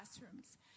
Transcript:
classrooms